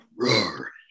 Roar